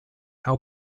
how